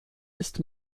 ist